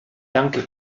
danke